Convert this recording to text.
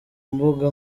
mbuga